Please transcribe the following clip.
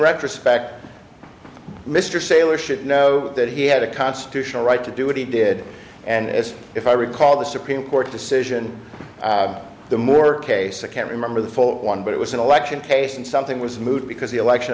retrospect mr saylor should know that he had a constitutional right to do what he did and as if i recall the supreme court decision the more case i can't remember the full one but it was an election case and something was moot because the election